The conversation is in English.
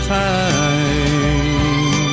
time